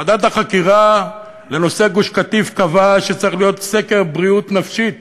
ועדת החקירה לנושא גוש-קטיף קבעה שצריך להיות סקר בריאות נפשית